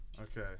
Okay